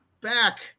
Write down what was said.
back